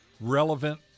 relevant